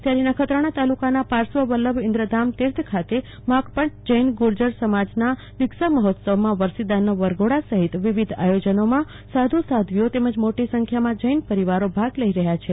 ત્યારે નખત્રાણા તાલુકાના પાર્શ્વ વલ્લભ ઇન્દ્રધામ તીર્થ ખાતે માકપટ જૈન ગુર્જર સમાજના દીક્ષા મહોત્સવમાં વરસીદાનના વરઘોડા સહીત વિવિધ આયોજનોમાં સાધુ સાધ્વીઓ તેમજ મોટી સંખ્યામાં જૈન પરિવારો ભાગ લઇ રહ્યા છે